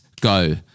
go